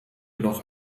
noch